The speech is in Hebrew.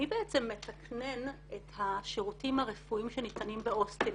מי בעצם מתקנן את השירותים הרפואיים שניתנים בהוסטלים.